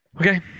Okay